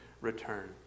return